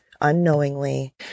unknowingly